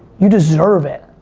you deserve it.